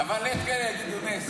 אבל יש כאלה שיגידו שזה נס.